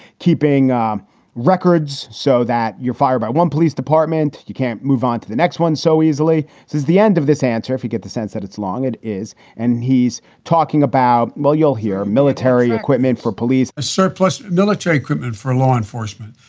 keeping um records so that you're fired by one police department. you can't move on to the next one so easily since the end of this answer. if you get the sense that it's long. it is. and he's talking about well, you'll hear military equipment for police, a surplus, military equipment for law enforcement.